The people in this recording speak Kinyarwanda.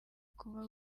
kuba